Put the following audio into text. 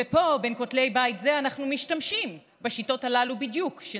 ופה בין כותלי בית זה אנחנו משתמשים בשיטות הללו בדיוק של